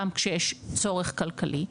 גם כשיש צורך כלכלי,